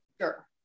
sure